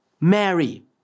Mary